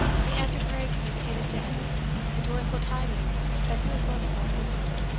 the antiquary communicated to edie the joyful tidings that he was once more at liberty,